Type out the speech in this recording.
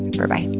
and berbye.